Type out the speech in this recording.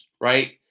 right